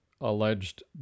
alleged